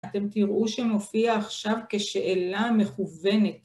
אתם תראו שמופיע עכשיו כשאלה מכוונת.